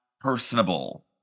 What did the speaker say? personable